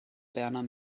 berner